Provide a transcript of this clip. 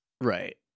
right